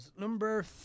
Number